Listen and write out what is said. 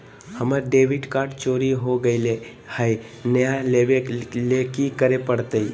हमर debit card चोरी हो गेले हई, नया लेवे ल की करे पड़तई?